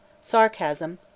sarcasm